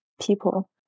people